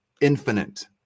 infinite